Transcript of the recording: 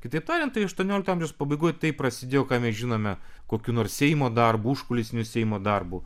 kitaip tariant tai aštuoniolikto amžiaus pabaigoj tai prasidėjo ką mes žinome kokiu nors seimo darbu užkulisiniu seimo darbu